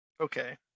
Okay